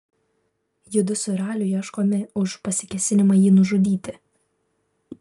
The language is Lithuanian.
judu su raliu ieškomi už pasikėsinimą jį nužudyti